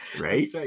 Right